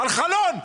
על חלון.